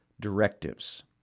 directives